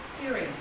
hearing